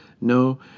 no